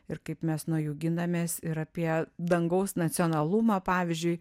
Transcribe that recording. ir kaip mes nuo jų ginamės ir apie dangaus nacionalumą pavyzdžiui